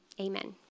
amen